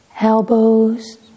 elbows